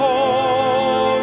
or